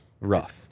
rough